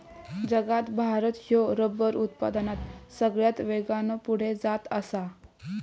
जगात भारत ह्यो रबर उत्पादनात सगळ्यात वेगान पुढे जात आसा